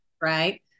Right